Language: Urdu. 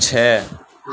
چھ